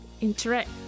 interact